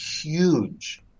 huge